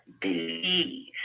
believe